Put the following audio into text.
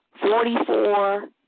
forty-four